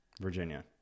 Virginia